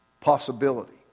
possibility